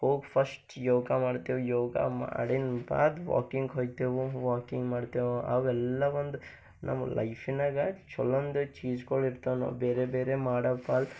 ಹೋಗಿ ಫಸ್ಟ್ ಯೋಗ ಮಾಡ್ತೆವು ಯೋಗ ಮಾಡಿನ ಬಾದ್ ವಾಕಿಂಗ್ ಹೋಯ್ತೆವು ವಾಕಿಂಗ್ ಮಾಡ್ತೆವು ಅವೆಲ್ಲ ಒಂದು ನಮ್ಮ ಲೈಫಿನಾಗ ಛಲೋಂದು ಚೀಸ್ಗೊಳಿರ್ತಾವ ನಾವು ಬೇರೆ ಬೇರೆ ಮಾಡೋಕಲ್ಲಿ